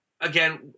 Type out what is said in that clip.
again